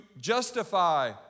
justify